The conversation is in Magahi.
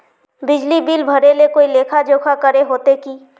बिजली बिल भरे ले कोई लेखा जोखा करे होते की?